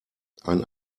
ein